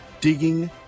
digging